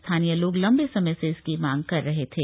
स्थानीय लोग लम्बे समय से इसकी मांग कर रहे थे